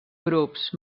grups